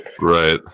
Right